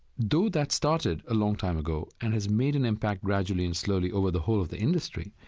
though that started a long time ago and has made an impact gradually and slowly over the whole of the industry,